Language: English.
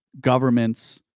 governments